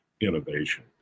innovation